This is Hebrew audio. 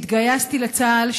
התגייסתי לצה"ל,